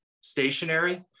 stationary